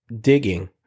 digging